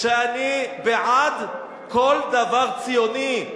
שאני בעד כל דבר ציוני,